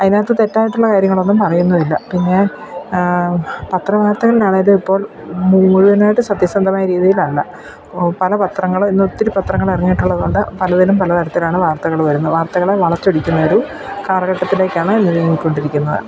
അതിനകത്ത് തെറ്റായിട്ടുള്ള കാര്യങ്ങളൊന്നും പറയുന്നും ഇല്ല പിന്നെ പത്ര വാർത്തകളിലാണ് ഏത് ഇപ്പോൾ മുഴുവനായിട്ട് സത്യസന്ധമായ രീതിയിലല്ല പല പത്രങ്ങൾ ഇന്നൊത്തിരി പത്രങ്ങൾ ഇറങ്ങിയിട്ടുള്ളതുകൊണ്ട് പലതിലും പലതരത്തിലാണ് വാർത്തകൾ വരുന്നത് വാർത്തകളെ വളച്ചൊടിക്കുന്നൊരു കാലഘട്ടത്തിലേക്കാണ് നീങ്ങിക്കൊണ്ടിരിക്കുന്നത്